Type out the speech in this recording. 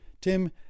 Tim